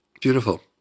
Beautiful